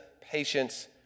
patience